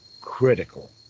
critical